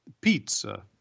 pizza